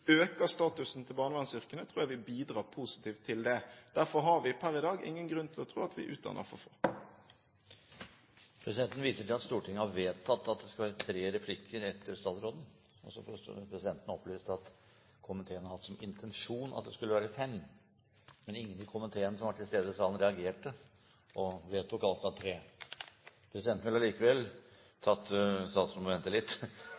statusen til barnevernsyrkene, tror jeg vil bidra positivt til det. Derfor har vi per i dag ingen grunn til å tro at vi utdanner for få. Presidenten viser til at Stortinget har vedtatt at det skal være tre replikker etter statsråden. Så får presidenten opplyst at komiteen har hatt som intensjon at det skulle være fem replikker, men ingen i komiteen som var til stede i salen, reagerte, og vi vedtok altså tre replikker. Presidenten